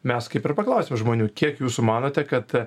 mes kaip ir paklausėm žmonių kiek jūs manote kad